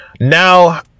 now